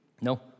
No